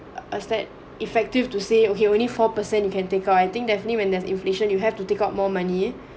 asset effective to say he only four per cent you can take uh I think definitely when there's inflation you have to take out more money